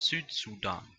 südsudan